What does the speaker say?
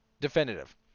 Definitive